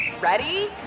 Ready